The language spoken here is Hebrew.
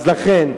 לכן,